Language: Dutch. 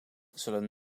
zullen